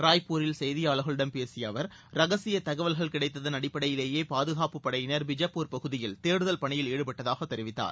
ராய்ப்பூரில் செய்தியாளர்களிடம் பேசிய அவர் ரகசிய தகவல்கள் கிடைத்ததன் அடிப்படையிலேயே பாதுகாப்புப் படையினர் பிஜப்பூர் பகுதியில் தேடுதல் பணியில் ஈடுபட்டதாக தெரிவித்தார்